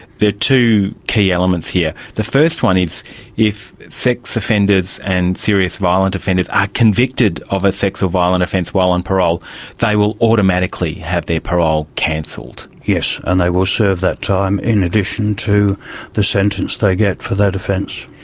there are two key elements here. the first one is if sex offenders and serious violent offenders are convicted of a sex or violent offence while on parole they will automatically have their parole cancelled. yes, and they will serve that time in addition to the sentence they get for that offence.